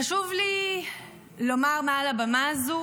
חשוב לי לומר מעל הבמה הזו